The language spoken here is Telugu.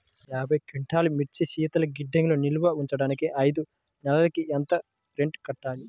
యాభై క్వింటాల్లు మిర్చి శీతల గిడ్డంగిలో నిల్వ ఉంచటానికి ఐదు నెలలకి ఎంత రెంట్ కట్టాలి?